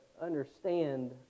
understand